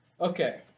okay